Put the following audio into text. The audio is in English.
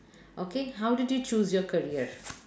okay how did you choose your career